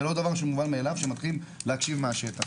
זה לא דבר שמובן מאליו שמתחילים להקשיב מהשטח.